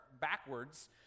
backwards